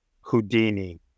Houdini